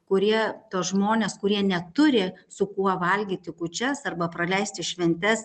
kurie tuos žmones kurie neturi su kuo valgyti kūčias arba praleisti šventes